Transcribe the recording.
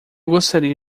gostaria